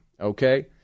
okay